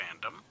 fandom